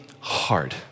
hard